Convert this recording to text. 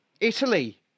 Italy